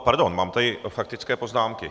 Pardon, mám tady faktické poznámky.